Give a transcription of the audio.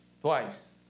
twice